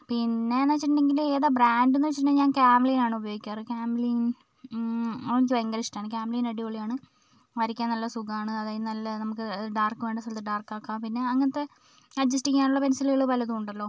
പിന്നെന്ന് വെച്ചിട്ടുണ്ടെങ്കിൽ ഏതാ ബ്രാൻഡെന്ന് വെച്ചിട്ടുണ്ടെങ്കിൽ ഞാൻ കാംലിനാണ് ഉപയോഗിക്കാറ് കാംലിൻ എനിക്ക് ഭയങ്കര ഇഷ്ട്ടമാണ് കാംലിൻ അടിപൊളിയാണ് വരയ്ക്കാൻ നല്ല സുഖമാണ് അതായത് നല്ല നമുക്ക് ഡാർക്ക് വേണ്ട സ്ഥലത്ത് ഡാർക്ക് ആക്കം പിന്നെ അങ്ങനത്തെ അഡ്ജസ്റ്റ് ചെയ്യാനുള്ള പെൻസിലുകൾ പലതും ഉണ്ടല്ലോ